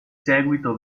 seguito